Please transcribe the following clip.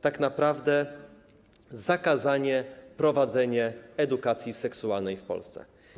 tak naprawdę zakazanie wprowadzenia edukacji seksualnej w Polsce.